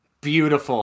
Beautiful